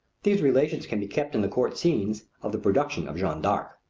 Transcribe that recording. these relations can be kept in the court scenes of the production of jeanne d'arc.